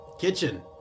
kitchen